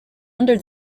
under